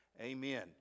amen